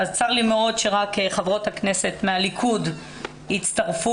צר לי מאוד שרק חברות הכנסת מהליכוד הצטרפו.